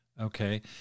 Okay